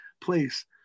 place